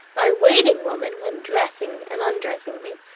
my waiting women, when dressing and undressing me,